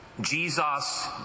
Jesus